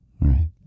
right